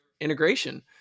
integration